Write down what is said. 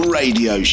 radio